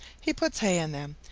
he puts hay in them.